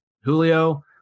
Julio